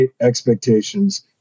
expectations